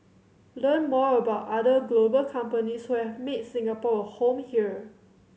learn more about other global companies who have made Singapore a home here